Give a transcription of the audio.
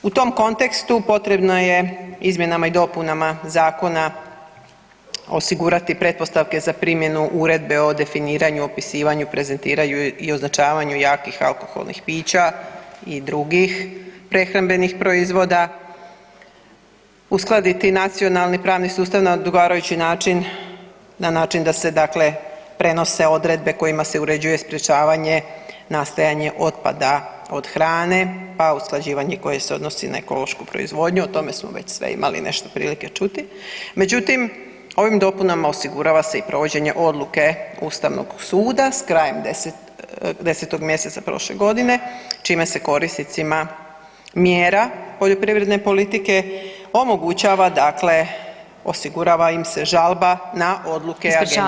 U tom kontekstu potrebno je izmjenama i dopunama Zakona osigurati pretpostavke za primjenu Uredbu od definiranju, opisivanju, prezentiranju i označavanju jakih alkoholnih pića i drugih prehrambenih proizvoda, uskladiti nacionalni pravni sustav na odgovarajući način, na način da se dakle, prenose odredbe kojima se uređuje sprječavanje nastajanje otpada od hrane, pa usklađivanje koje se odnosi na ekološku proizvodnju, o tome smo već sve imali nešto prilike čuti, međutim, ovim dopunama osigurava se i provođenje odluke Ustavnog suda s krajem 10. mjeseca prošle godine, čime se korisnicima mjera poljoprivredne politike omogućava, dakle osigurava im se žalba na odluke